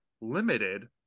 limited